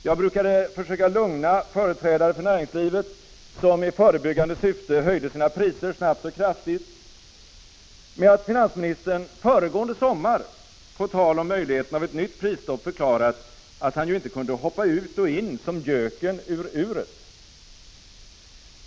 Jag brukade försöka lugna företrädare för näringslivet, som i förebyggande syfte höjde sina priser snabbt och kraftigt, med att finansministern föregående sommar på tal om möjligheterna av ett nytt prisstopp förklarat att han ju inte kunde hoppa ut och in som göken i uret.